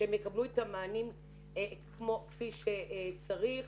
שהם יקבלו את המענים כפי שצריך.